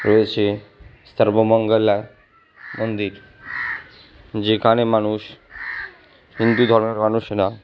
রয়েছে সর্বমঙ্গলা মন্দির যেখানে মানুষ হিন্দু ধর্মের মানুষেরা